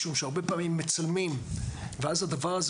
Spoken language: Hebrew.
משום שהרבה פעמים מצלמים ואז הדבר הזה